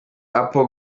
apple